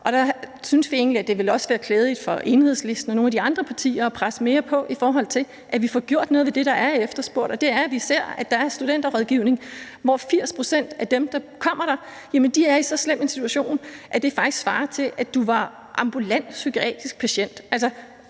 også ville være klædeligt for Enhedslisten og nogle af de andre partier at presse mere på, i forhold til at vi får gjort noget ved det, der er efterspurgt. Vi ser, at der er studenterrådgivning, hvor 80 pct. af dem, der kommer, er i så slem en situation, at det faktisk svarer til, at man var ambulant psykiatrisk patient